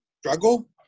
struggle